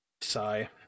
Sigh